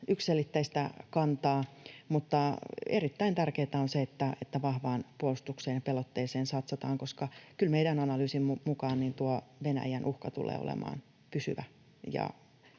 yksiselitteistä kantaa, mutta erittäin tärkeätä on se, että vahvaan puolustukseen ja pelotteeseen satsataan, koska kyllä meidän analyysimme mukaan tuo Venäjän uhka tulee olemaan pysyvä